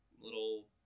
little